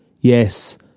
Yes